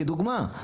כדוגמא.